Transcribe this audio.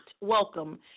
welcome